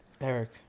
eric